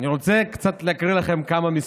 ארבל ביקש להתחלף עם מישהו אחר, מה קרה לכם?